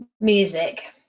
music